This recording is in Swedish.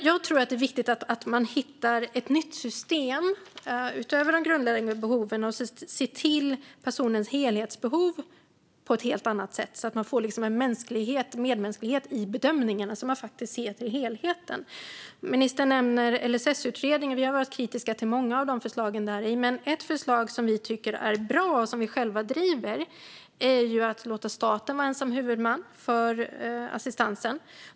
Jag tror att det är viktigt att hitta ett nytt system, utöver de grundläggande behoven, och att se till personens helhetsbehov på ett helt annat sätt så att det blir medmänsklighet i bedömningarna. Ministern nämner LSS-utredningen. Vi har varit kritiska till många av förslagen i den. Men ett förslag som vi tycker är bra och som vi själva driver är att låta staten vara ensam huvudman för assistansen.